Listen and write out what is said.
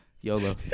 YOLO